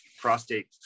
prostate